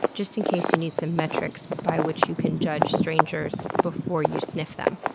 just in case you need some metrics by which you can judge strangers before you sniff them.